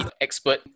expert